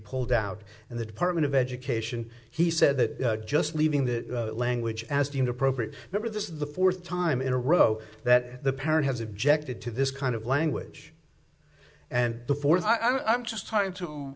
pulled out and the department of education he said that just leaving that language as deemed appropriate for this is the fourth time in a row that the parent has objected to this kind of language and the fourth i'm just trying to